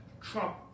trump